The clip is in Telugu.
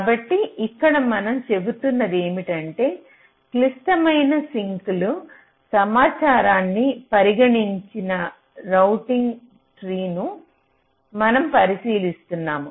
కాబట్టి ఇక్కడ మనం చెబుతున్నది ఏమిటంటే క్లిష్టమైన సింక్ సమాచారాన్ని పరిగణించని రౌటింగ్ ట్రీను మనం పరిశీలిస్తున్నాము